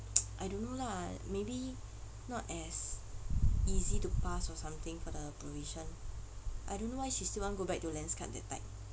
I don't know lah maybe not as easy to pass or something for the provision I don't know why she still want to go back to Lenskart that type